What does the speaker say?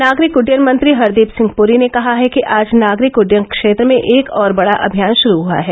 नागरिक उड्डयन मंत्री हरदीप सिंह पूरी ने कहा है कि आज नागरिक उडुयन क्षेत्र में एक और बड़ा अभियान शुरू हुआ है